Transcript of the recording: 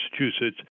Massachusetts